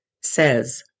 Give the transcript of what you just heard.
says